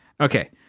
Okay